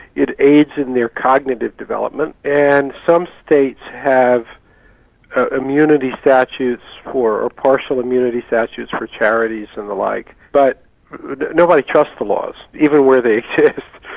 it aids in their cognitive development, and some states have immunity statutes or or partial immunity statutes for charities and the like, but nobody trusts the laws, even where they exist,